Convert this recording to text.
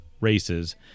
races